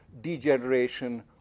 degeneration